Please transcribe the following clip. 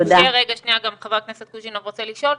אני אאפשר, גם חבר הכנסת קוז'ינוב רוצה לשאול.